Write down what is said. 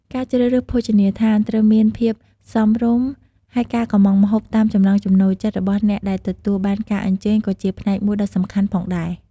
ការជ្រើសរើសភោជនីយដ្ឋានត្រូវមានភាពសមរម្យ ហើយការកម្មងម្ហូបតាមចំណង់ចំណូលចិត្តរបស់អ្នកដែលទទួលបានការអញ្ជើញក៏ជាផ្នែកមួយដ៏សំខាន់ផងដែរ។